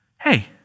hey